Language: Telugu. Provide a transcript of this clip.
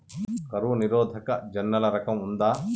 కరువు నిరోధక జొన్నల రకం ఉందా?